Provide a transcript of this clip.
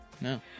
No